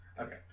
Okay